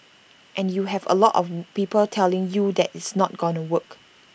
and you have A lot of people telling you that it's not gonna work